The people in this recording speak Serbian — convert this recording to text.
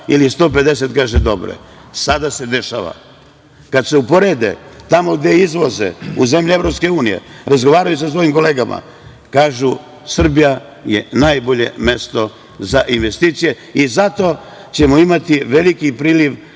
ili 150 kaže „dobro je“. Sada se dešava. Kada se uporede tamo gde izvoze u zemlje EU, razgovaraju sa svojim kolegama, kažu: „Srbija je najbolje mesto za investicije“ i zato ćemo imati veliki priliv